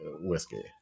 whiskey